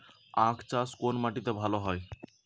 আখ চাষ কোন মাটিতে ভালো হয়?